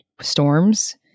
storms